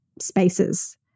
spaces